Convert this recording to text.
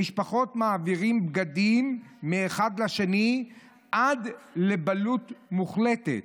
במשפחות מעבירים בגדים מאחד לשני עד לבלות מוחלטת,